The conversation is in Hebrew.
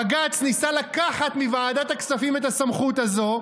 בג"ץ ניסה לקחת מוועדת הכספים את הסמכות הזו,